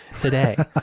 today